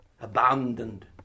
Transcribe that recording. abandoned